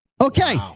okay